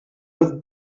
with